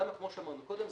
כמו שאמרנו קודם,